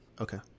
Okay